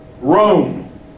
Rome